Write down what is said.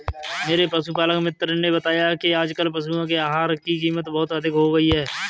मेरे पशुपालक मित्र ने बताया कि आजकल पशुओं के आहार की कीमत बहुत अधिक हो गई है